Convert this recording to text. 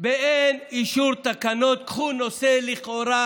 באין אישור תקנות, קחו נושא קטן לכאורה: